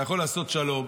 אתה יכול לעשות שלום,